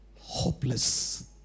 hopeless